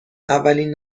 اولین